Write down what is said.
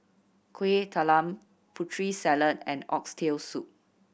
Kueh Talam Putri Salad and Oxtail Soup